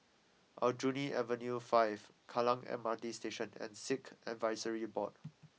Aljunied Avenue five Kallang M R T Station and Sikh Advisory Board